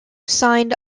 signed